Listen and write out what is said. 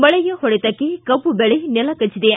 ಮಳೆಯ ಹೊಡೆತಕ್ಕೆ ಕಬ್ಬು ಬೆಳೆ ನೆಲ ಕಚ್ಚಿದೆ